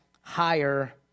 higher